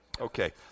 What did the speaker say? Okay